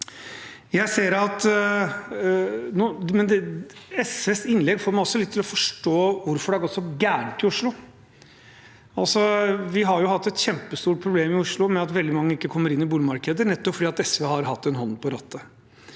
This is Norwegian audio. SVs innlegg får meg også til å forstå litt av hvorfor det har gått så galt i Oslo. Vi har jo hatt et kjempestort problem i Oslo med at veldig mange ikke kommer inn i boligmarkedet, nettopp fordi SV har hatt en hånd på rattet.